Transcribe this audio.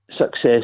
success